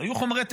היו חומרי טרור,